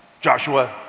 Joshua